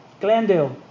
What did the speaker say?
Glendale